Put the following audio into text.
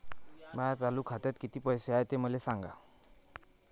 माया चालू खात्यात किती पैसे हाय ते मले सांगा